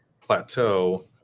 plateau